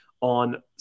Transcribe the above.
on